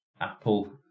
apple